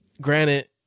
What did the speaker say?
granted